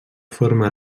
forma